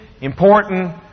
important